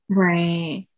right